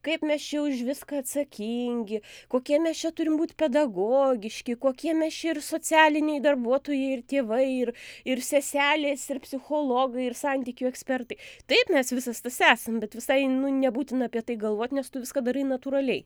kaip mes čia už viską atsakingi kokie mes čia turim būt pedagogiški kokie mes čia ir socialiniai darbuotojai ir tėvai ir ir seselės ir psichologai ir santykių ekspertai taip mes visas tas esam bet visai nu nebūtina apie tai galvot nes tu viską darai natūraliai